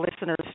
listeners